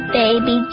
baby